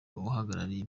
uhagarariye